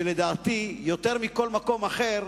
כי לדעתי, יותר מכל מקום אחר,